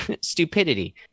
stupidity